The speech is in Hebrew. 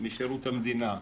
משירות המדינה,